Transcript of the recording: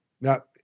now